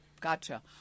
Gotcha